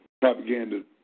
Propaganda